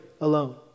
alone